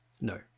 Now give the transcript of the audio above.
No